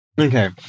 Okay